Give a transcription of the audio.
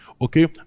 okay